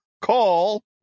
Call